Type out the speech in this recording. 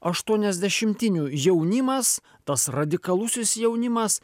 aštuoniasdešimtinių jaunimas tas radikalusis jaunimas